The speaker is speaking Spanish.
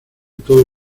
todo